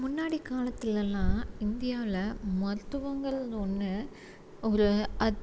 முன்னாடி காலத்திலல்லாம் இந்தியாவில் மருத்துவங்கள்னு ஒன்று ஒரு